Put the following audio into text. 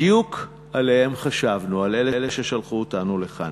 בדיוק עליהם חשבנו, על אלה ששלחו אותנו לכאן.